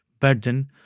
burden